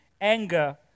anger